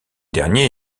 dernier